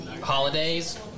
holidays